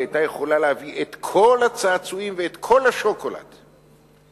היתה יכולה להביא את כל הצעצועים ואת כל השוקולד לעזה,